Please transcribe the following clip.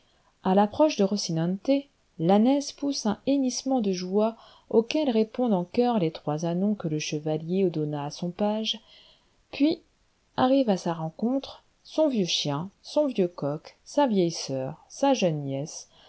à l'approche de rossinante l'ânesse pousse un hennissement de joie auquel répondent en choeur les trois ânons que le chevalier donna à son page puis arrivent à sa rencontre son vieux chien son vieux coq sa vieille soeur sa jeune